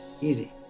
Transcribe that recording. easy